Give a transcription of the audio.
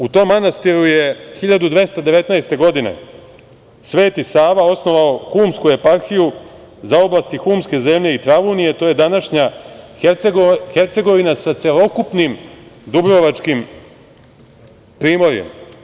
U tom manastiru je 1219. godine Sveti Sava osnovao humsku eparhiju za oblasti humske zemlje i Travunije to je današnja Hercegovina sa celokupnim dubrovačkim primorjem?